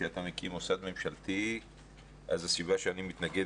כשאתה מקים מוסד ממשלתי אז הסיבה שאני מתנגד